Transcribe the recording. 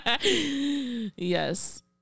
Yes